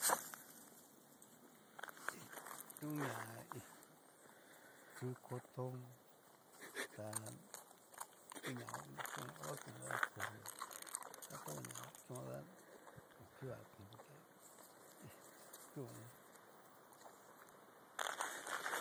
to'ña hí kú kotón. ta u'ña a kuakaon da kon ta toña kion okuga kón por que hí xa kion.